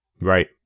Right